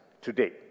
today